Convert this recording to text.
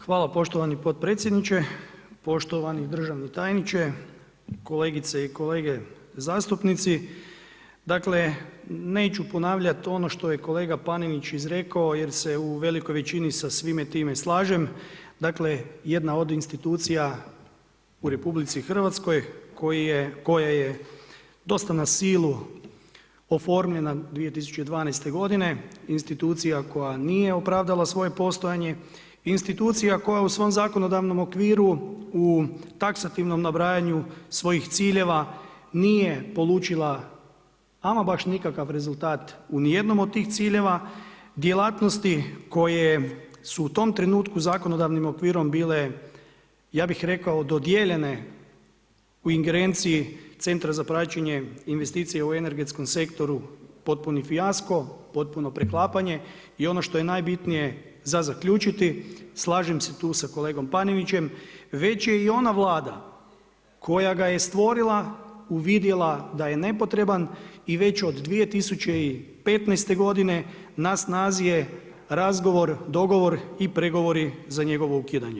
Hvala poštovani potpredsjedniče, poštovani državni tajniče, kolegice i kolege zastupnici, Dakle, neću ponavljat ono što je kolega Panenić izrekao jer se u velikoj većini sa svime slažem, dakle jedna od institucija u RH koja je dosta na silu oformljena 2012. godine, institucija koja nije opravdala svoje postojanje, institucija koja u svom zakonodavnom okviru u taksativnom nabrajanju svojih ciljeva nije polučila ama baš nikakav rezultat u nijednom od tih ciljeva, djelatnosti koje su u tom trenutku zakonodavnim okvirom bile, ja bih rekao dodijeljene u ingerenciji Centra za praćenje investicija u energetskom sektoru potpuni fijasko, potpuno preklapanje i ono što je najbitnije za zaključiti, slažem se tu sa kolegom Panenićem, već je i ona Vlada koja ga je stvorila uvidjela da je nepotreban i već od 2015. godine na snazi je razgovor, dogovor i pregovori za njegovo ukidanje.